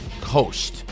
Coast